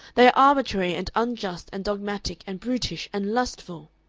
they are arbitrary and unjust and dogmatic and brutish and lustful.